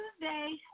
Tuesday